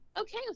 Okay